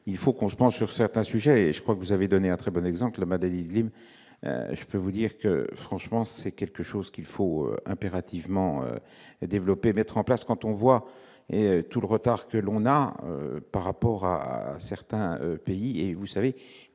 il faut qu'on se penche sur certains sujets, je crois que vous avez donné un très bon exemple madrilène, je peux vous dire que, franchement, c'est quelque chose qu'il faut impérativement développer et mettre en place quand on voit et tout le retard que l'on a par rapport à certains pays et vous savez,